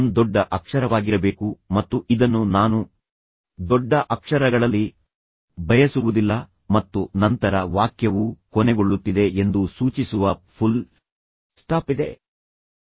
M ದೊಡ್ಡ ಅಕ್ಷರವಾಗಿರಬೇಕು ಮತ್ತು ಇದನ್ನು ನಾನು ದೊಡ್ಡ ಅಕ್ಷರಗಳಲ್ಲಿ ಬಯಸುವುದಿಲ್ಲ ಮತ್ತು ನಂತರ ವಾಕ್ಯವು ಕೊನೆಗೊಳ್ಳುತ್ತಿದೆ ಎಂದು ಸೂಚಿಸುವ ಫುಲ್ ಸ್ಟಾಪ್ ಇದೆ